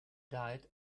diet